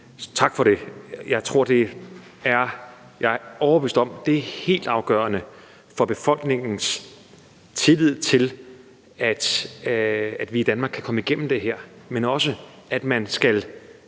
tak for det. Jeg er overbevist om, at det er helt afgørende for befolkningens tillid til, at vi i Danmark kan komme igennem det her, men også at man skal